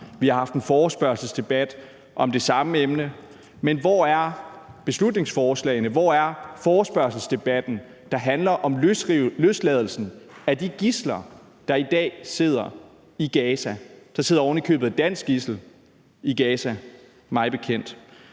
vi har haft en forespørgselsdebat om det samme emne, men hvor er beslutningsforslagene, hvor er forespørgselsdebatten, der handler om løsladelsen af de gidsler, der i dag sidder i Gaza? Der sidder, mig bekendt, ovenikøbet et dansk gidsel Gaza. Der kunne